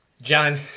John